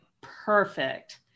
perfect